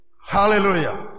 hallelujah